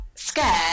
scared